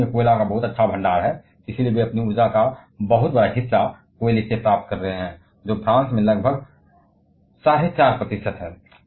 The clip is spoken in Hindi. जर्मनी में कोयले का बहुत ही अच्छा भंडार है और यही कारण है कि उन्हें अपनी ऊर्जा का बहुत बड़ा हिस्सा कोयले से मिल रहा है जो फ्रांस में लगभग 45 प्रतिशत है